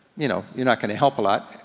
you know, you're not gonna help a lot.